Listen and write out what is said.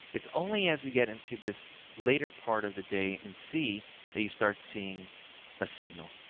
it's only as we get into this later part of the day in c that you start seeing a signal.